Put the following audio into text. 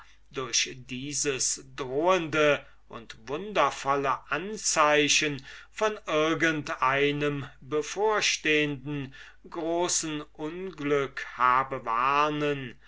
durch dieses drohende und wundervolle anzeichen vor irgend einem bevorstehenden großen unglück habe warnen